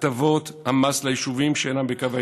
הטבות המס ליישובים שאינם בקו העימות.